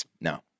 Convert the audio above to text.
No